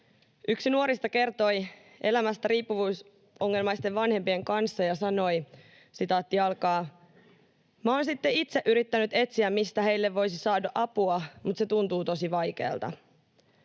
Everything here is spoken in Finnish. Yksi nuorista kertoi elämästä riippuvuusongelmaisten vanhempien kanssa ja sanoi: ”Mä oon sitten itse yrittänyt etsiä, mistä heille voisi saada apua, mutta se tuntuu tosi vaikeelta.”